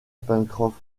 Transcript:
pencroff